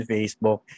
Facebook